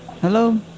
hello